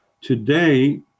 today